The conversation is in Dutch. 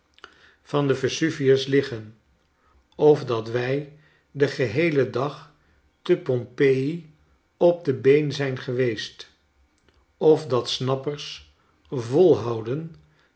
van den vesuvius liggen of dat wij den geheelen dag te pompeji op de been zijn geweest of dat snappers volhouden